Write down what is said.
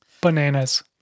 Bananas